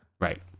Right